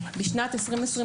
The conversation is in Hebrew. בשנת 2022